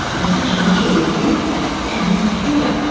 natasha mitchell with you and with kia,